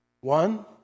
One